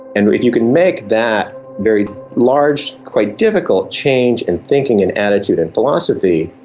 and if you can make that very large, quite difficult change in thinking and attitude and philosophy,